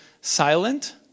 silent